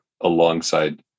alongside